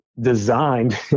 designed